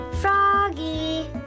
Froggy